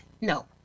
no